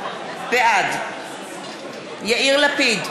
בעד יאיר לפיד,